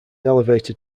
elevator